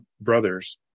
brothers